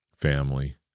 family